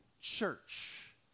church